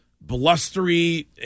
blustery